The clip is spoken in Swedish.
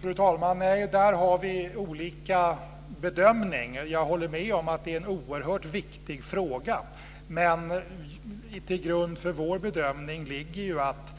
Fru talman! Nej, där har vi olika bedömning. Jag håller med om att det är en oerhört viktig fråga. Till grund för vår bedömning ligger att